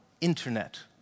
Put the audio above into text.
internet